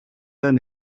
done